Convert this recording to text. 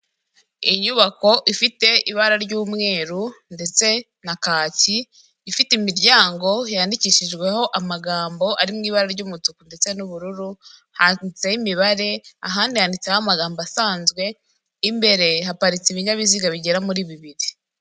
Inyubako ifite ibara ry'umweru ndetse na kaki ifite imiryango yandikishijweho amagambo ari mu ibara ry'umutuku ndetse n'ubururu, handitseho imibare ahandi handitseho amagambo asanzwe, imbere haparitse ibinyabiziga bigera muri bibiri.